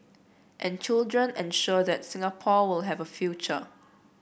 and children ensure that Singapore will have a future